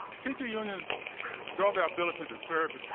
teacher unions draw the ability to serve,